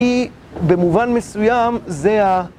כי במובן מסוים זה ה...